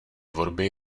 tvorby